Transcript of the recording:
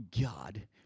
God